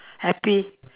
happy